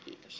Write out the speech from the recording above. kiitos